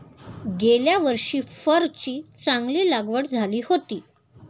गेल्या वर्षी फरची चांगली लागवड झाली होती